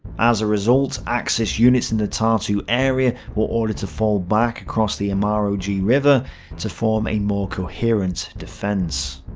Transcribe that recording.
as a result, axis units in the tartu area were ordered to fall back across the emajogi river to form a more coherent defence.